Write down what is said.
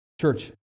Church